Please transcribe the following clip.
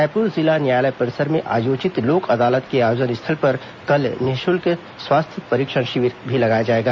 रायपुर जिला न्यायालय परिसर में आयोजित लोक अदालत के आयोजन स्थल पर कल निःशुल्क स्वास्थ्य परीक्षण शिविर भी लगाया जाएगा